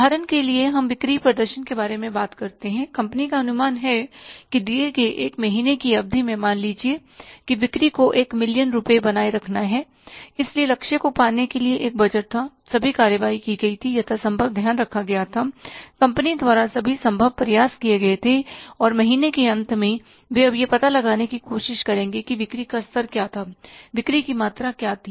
उदाहरण के लिए हम बिक्री प्रदर्शन के बारे में बात करते हैं कंपनी का अनुमान है कि दिए गए एक महीने की अवधि में मान लीजिए कि बिक्री को एक मिलियन रुपये बनाए रखना है इसलिए लक्ष्य को पाने के लिए एक बजट था सभी कार्रवाई की गई थीयथा संभव ध्यान रखा गया था कंपनी द्वारा सभी संभव प्रयास किए गए थे और महीने के अंत में वे अब यह पता लगाने की कोशिश करेंगे कि बिक्री का स्तर क्या था बिक्री की मात्रा क्या थी